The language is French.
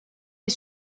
est